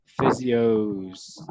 physios